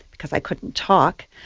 because i couldn't talk,